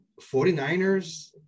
49ers